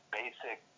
basic